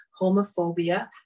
homophobia